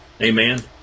amen